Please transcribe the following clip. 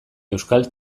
euskal